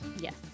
Yes